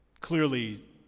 clearly